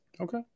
Okay